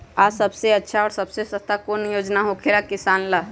आ सबसे अच्छा और सबसे सस्ता कौन योजना होखेला किसान ला?